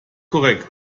korrekt